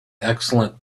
excellent